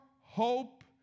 hope